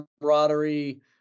camaraderie